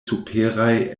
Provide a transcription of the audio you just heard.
superaj